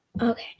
Okay